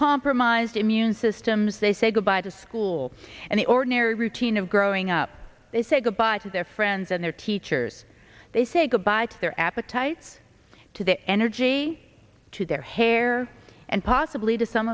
compromised immune systems they say goodbye to school and the ordinary routine of growing up they say goodbye to their friends and their teachers they say goodbye to their appetites to the energy to their hair and possibly to some